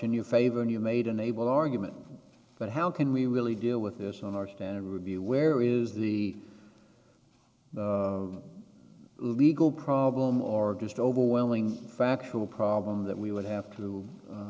in your favor and you made an able argument but how can we really deal with this on our standard review where is the legal problem or just overwhelming factual problem that we would have to